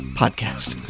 podcast